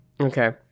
okay